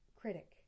critic